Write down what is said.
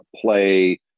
play